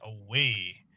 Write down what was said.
away